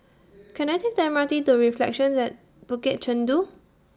Can I Take The M R T to Reflections At Bukit Chandu